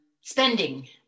spending